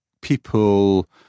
people